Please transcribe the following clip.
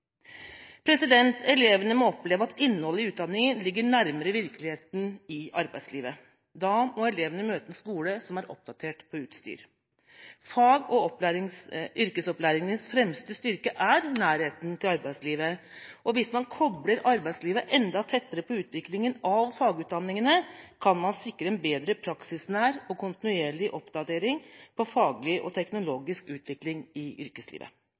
Elevene må oppleve at innholdet i utdanningen ligger nærmere virkeligheten i arbeidslivet, og da må elevene møte en skole som er oppdatert på utstyr. Fag- og yrkesopplæringens fremste styrke er nærheten til arbeidslivet, og hvis man kobler arbeidslivet enda tettere på utviklingen av fagutdanningene, kan man sikre en bedre praksisnær og kontinuerlig oppdatering på faglig og teknologisk utvikling i yrkeslivet.